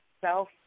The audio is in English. self